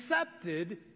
accepted